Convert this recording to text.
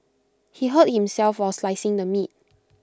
he hurt himself while slicing the meat